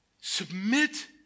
Submit